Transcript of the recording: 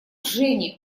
жене